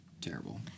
terrible